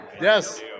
Yes